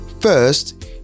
First